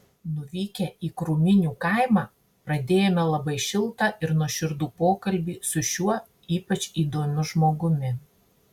nuvykę į krūminių kaimą pradėjome labai šiltą ir nuoširdų pokalbį su šiuo ypač įdomiu žmogumi